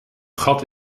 gat